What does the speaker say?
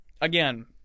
Again